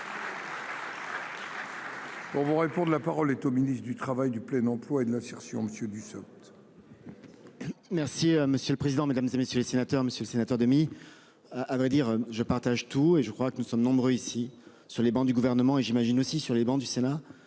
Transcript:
On vous répond de la parole est au ministre du Travail, du plein emploi et de l'insertion, monsieur Dussopt. Merci monsieur le président, Mesdames, et messieurs les sénateurs, Monsieur le Sénateur demi-. À vrai dire, je partage tout et je crois que nous sommes nombreux ici sur les bancs du gouvernement et j'imagine aussi sur les bancs du Sénat